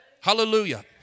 Hallelujah